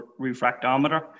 refractometer